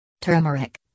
Turmeric